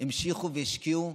המשיכו והשקיעו.